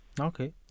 Okay